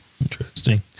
Interesting